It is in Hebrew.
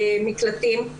במקלטים,